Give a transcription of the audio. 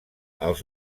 els